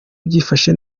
byifashe